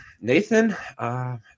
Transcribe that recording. Nathan